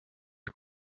est